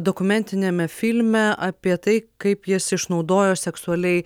dokumentiniame filme apie tai kaip jis išnaudojo seksualiai